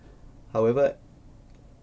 however